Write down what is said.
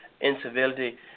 incivility